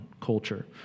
culture